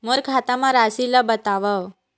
मोर खाता म राशि ल बताओ?